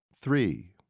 Three